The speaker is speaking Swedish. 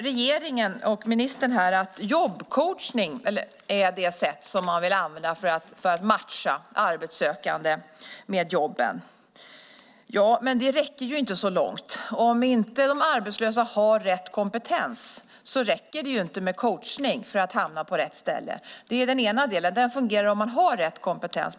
Regeringen och ministern svarar att jobbcoachning är det sätt som man vill använda för att matcha arbetssökande med jobben. Men det räcker inte så långt. Om inte de arbetslösa har rätt kompetens räcker det inte med coachning för att hamna på rätt ställe. Det är den ena delen. Det fungerar om man har rätt kompetens.